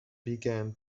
began